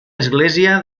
església